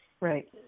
Right